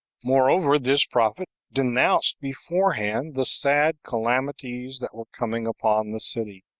moreover, this prophet denounced beforehand the sad calamities that were coming upon the city.